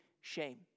shame